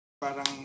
parang